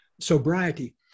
sobriety